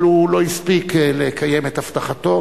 אבל הוא לא הספיק לקיים את הבטחתו.